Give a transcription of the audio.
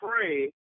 pray